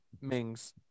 Mings